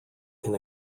can